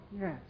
Yes